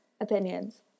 Opinions